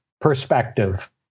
perspective